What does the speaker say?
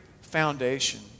foundation